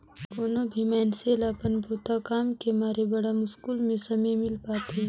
कोनो भी मइनसे ल अपन बूता काम के मारे बड़ा मुस्कुल में समे मिल पाथें